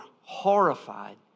horrified